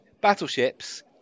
Battleships